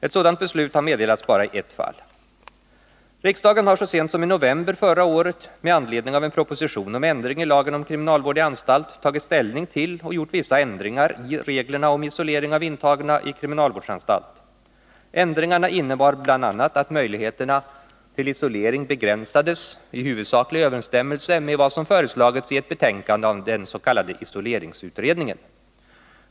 Ett sådant beslut har meddelats bara i ett fall. Riksdagen har så sent som i november förra året med anledning av en proposition om ändring i lagen om kriminalvård i anstalt tagit ställning till och gjort vissa ändringar i reglerna om isolering av intagna i kriminalvårdsanstalt. Ändringarna innebar bl.a. att möjligheterna till isolering begränsades i huvudsaklig överensstämmelse med vad som föreslagits i ett betänkande av den s.k. isoleringsutredningen.